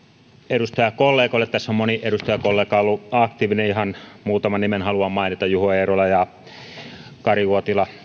edustajakollegoille tässä on moni edustajakollega ollut aktiivinen ja ihan muutaman nimen haluan mainita juho eerola ja kari uotila